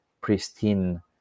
pristine